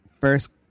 first